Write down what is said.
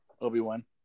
Obi-Wan